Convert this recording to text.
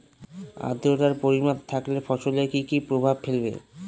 আদ্রর্তার পরিমান বেশি থাকলে ফসলে কি কি প্রভাব ফেলবে?